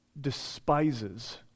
despises